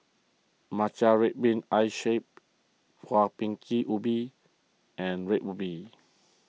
Matcha Red Bean Ice Shaved Kueh Bingka Ubi and Red Ruby